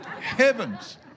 Heavens